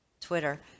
Twitter